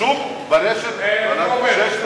בשוק, ברשת עולה 6-7 שקלים.